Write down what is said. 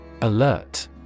Alert